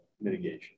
mitigation